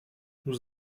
nous